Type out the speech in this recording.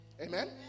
Amen